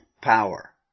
power